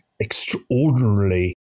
extraordinarily